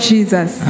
Jesus